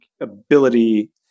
ability